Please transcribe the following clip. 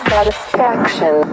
Satisfaction